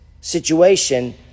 situation